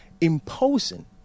imposing